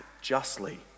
justly